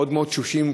מאוד מאוד תשושים.